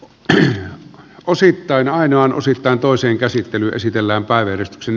tosin osittain ainoan osittain toisen käsittely esitellään päivystyksen